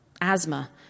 Asthma